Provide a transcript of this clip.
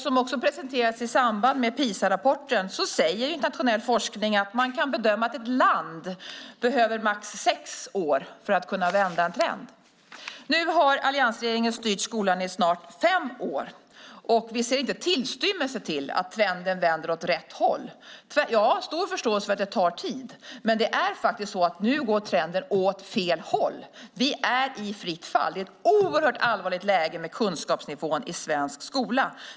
Som också presenterades i samband med PISA-rapporten säger internationell forskning att man kan bedöma att ett land behöver max sex år för att kunna vända en trend. Nu har alliansregeringen styrt skolan i snart fem år, och vi ser inte minsta tillstymmelse till att trenden skulle vända åt rätt håll. Jag har stor förståelse för att det tar tid, men det är faktiskt så att trenden nu går åt fel håll. Vi är i fritt fall. Det är ett oerhört allvarligt läge med kunskapsnivån i svensk skola.